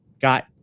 got